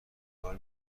کار